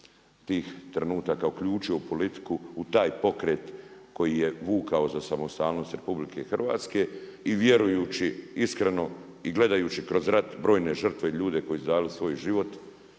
tih trenutaka uključio u politiku u taj pokret koji je vukao za samostalnost RH i vjerujući iskreno i gledajući kroz rat brojne žrtve i ljude koji su dali svoj život,